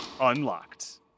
Unlocked